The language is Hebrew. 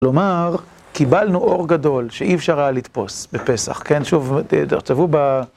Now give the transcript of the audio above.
כלומר, קיבלנו אור גדול שאי אפשרה לתפוס בפסח, כן? שוב, תכתבו ב...